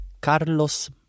carlos